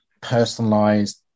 personalized